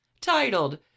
Titled